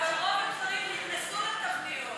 אבל רוב הדברים נכנסו לתבניות.